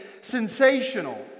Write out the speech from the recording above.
sensational